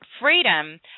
freedom